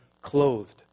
clothed